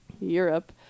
Europe